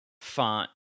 font